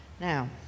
Now